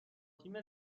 تیم